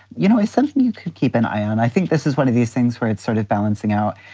you know, it's something you can keep an eye on. i think this is one of these things where it's sort of balancing out,